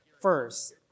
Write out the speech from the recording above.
First